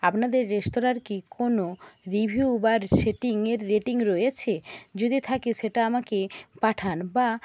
আপনাদের রেস্তোরাঁর কি কোনও রিভিউ বা সেটিংয়ের রেটিং রয়েছে যদি থাকে সেটা আমাকে পাঠান বা